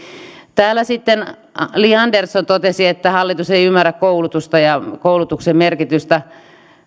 täällä sitten li andersson totesi että hallitus ei ymmärrä koulutusta ja koulutuksen merkitystä